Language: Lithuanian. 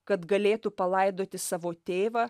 kad galėtų palaidoti savo tėvą